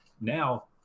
now